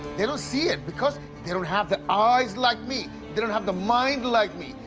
they don't see it, because they don't have the eyes like me. they don't have the mind like me.